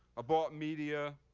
a bought media,